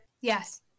Yes